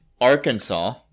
Arkansas